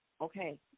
Okay